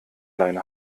leine